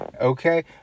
Okay